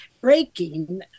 breaking